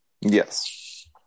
Yes